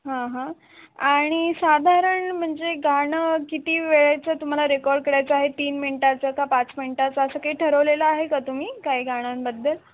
हां हां आणि साधारण म्हणजे गाणं किती वेळेचं तुम्हाला रेकॉर्ड करायचं आहे तीन मिनटाचं का पाच मिनटाचं असं काही ठरवलेलं आहे का तुम्ही काही गाण्यांबद्दल